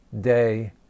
day